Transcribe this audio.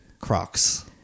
Crocs